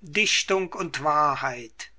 dichtung und wahrheit